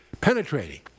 penetrating